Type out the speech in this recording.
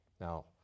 Now